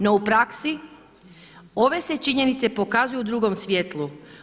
No u praksi ove se činjenice pokazuju u drugom svjetlu.